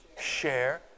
share